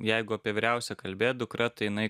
jeigu apie vyriausią kalbėt dukra tai jinai